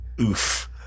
Oof